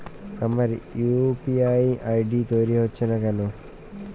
আমার UPI ID তৈরি হচ্ছে না কেনো?